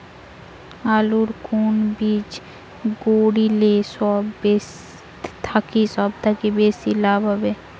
আলুর কুন বীজ গারিলে সব থাকি বেশি লাভ হবে?